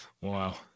Wow